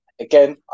Again